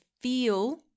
feel